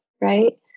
right